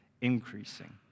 increasing